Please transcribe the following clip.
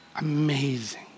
Amazing